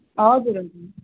हजुर हजुर